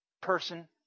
person